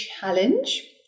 challenge